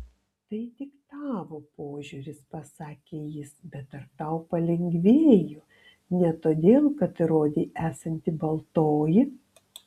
tai tik tavo požiūris pasakė jis bet ar tau palengvėjo ne todėl kad įrodei esanti baltoji